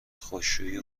خشکشویی